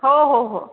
हो हो हो